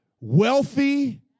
wealthy